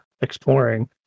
exploring